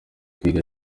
kwiga